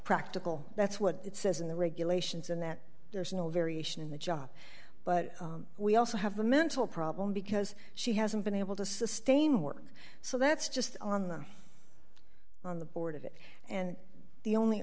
practical that's what it says in the regulations and that there's no variation in the job but we also have a mental problem because she hasn't been able to sustain work so that's just on the on the board of it and the only